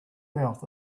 mouth